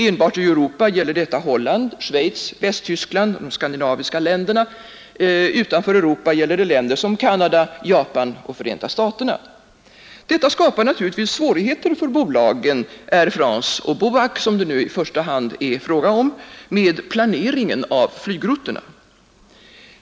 Enbart i Europa gäller detta Holland, Schweiz, Västtyskland och de skandinaviska länderna; utanför Europa gäller det länder som Canada, Japan och Förenta staterna. Detta skapar naturligtvis svårigheter för bolagen Air France och BOAC, som det nu i första hand är fråga om, med planeringen av flygrouterna.